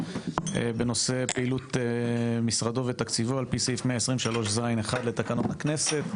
בנושא פעילות משרדו ותקציבו על פי סעיף 123ז(1) לתקנון הכנסת.